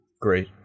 Great